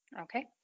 Okay